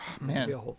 Man